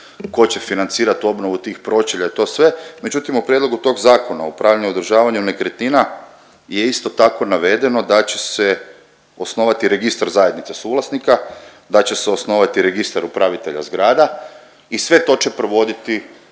ko će financirat obnovu tih pročelja i to sve, međutim u prijedlogu tog Zakona o upravljanju i održavanju nekretnina je isto tako navedeno da će se osnovati Registar zajednice suvlasnika, da će se osnovati Registar upravitelja zgrada i sve to će provoditi